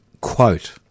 quote